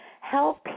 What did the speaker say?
Help